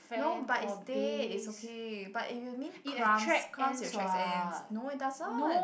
no but it's dead is okay but if you mean crumbs crumbs will check ants no it doesn't